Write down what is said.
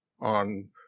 on